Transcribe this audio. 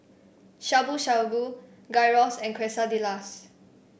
Shabu Shabu Gyros and Quesadillas